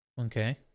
Okay